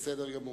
בסדר גמור.